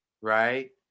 right